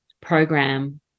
program